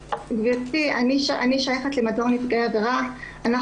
השיח הוא מתנהל גם במדור נפגעי עבירה מול גורמים נוספים במשטרה,